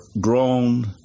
grown